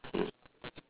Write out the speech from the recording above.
mm